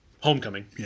Homecoming